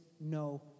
no